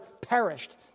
perished